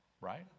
right